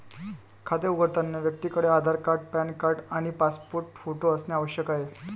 खाते उघडताना व्यक्तीकडे आधार कार्ड, पॅन कार्ड आणि पासपोर्ट फोटो असणे आवश्यक आहे